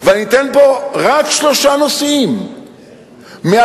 ואני אתן פה רק שלושה נושאים מהתחזיות